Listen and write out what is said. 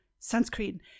sunscreen